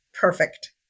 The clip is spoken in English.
Perfect